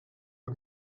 els